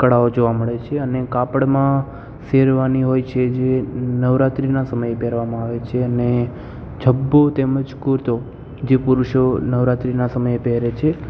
કળાઓ જોવા મળે છે અને કાપડમાં શેરવાની હોય છે જે નવરાત્રીના સમયે પહેરવામાં આવે છે અને ઝબ્બો તેમજ કુર્તો જે પુરુષો નવરાત્રીના સમયે પહેરે છે